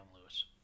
Lewis